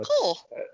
cool